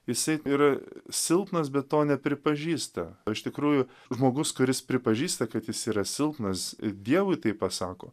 jisai yra silpnas be to nepripažįsta o iš tikrųjų žmogus kuris pripažįsta kad jis yra silpnas dievui tai pasako